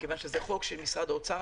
מכיוון שזה חוק של משרד האוצר.